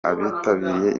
abitabiriye